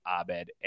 Abed